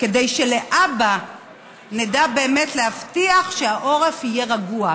כדי שלהבא נדע באמת להבטיח שהעורף יהיה רגוע.